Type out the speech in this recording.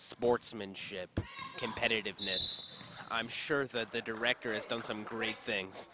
sportsmanship competitiveness i'm sure that the director has done some great things